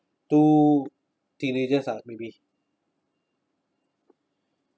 two teenagers uh maybe